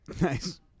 Nice